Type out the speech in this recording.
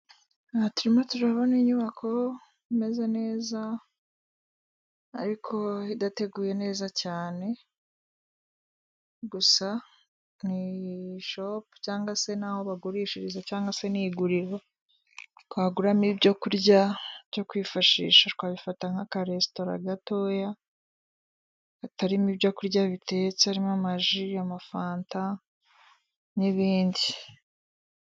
Aha turimo turabona inyubako imeze neza ariko idateguye neza cyane, gusa ni shopu cyangwa se n'aho bagurishiriza cyangwa se ni iguriro twaguramo ibyo kurya byo kwifashisha, twabifata nk'akaresitora gatoya katarimo ibyo kurya bitetse harimo amaji, amafanta n'ibindi.